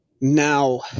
Now